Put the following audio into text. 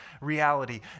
reality